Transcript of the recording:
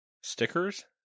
Stickers